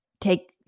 take